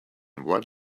one